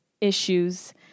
issues